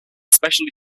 especially